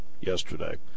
yesterday